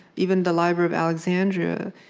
even the library of alexandria,